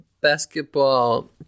basketball